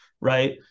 right